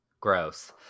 Gross